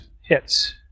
hits